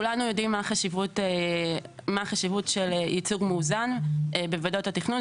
כולנו יודעים מה החשיבות של ייצוג מאוזן בוועדות התכנון.